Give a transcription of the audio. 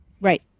Right